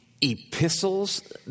epistles